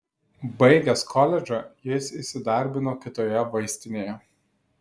baigęs koledžą jis įsidarbino kitoje vaistinėje